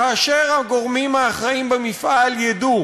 כאשר הגורמים האחראים במפעל ידעו